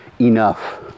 enough